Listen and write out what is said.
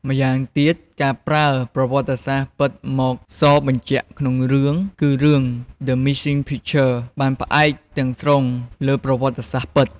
ម្យ៉ាងទៀតការប្រើប្រវត្តិសាស្រ្តពិតមកសរបញ្ជាក់ក្នុងសាច់រឿងគឺរឿង "The Missing Picture" បានផ្អែកទាំងស្រុងលើប្រវត្តិសាស្ត្រពិត។